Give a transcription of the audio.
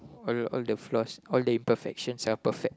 all all the flaws all the imperfections are perfect